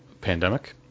pandemic